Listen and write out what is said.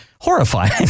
Horrifying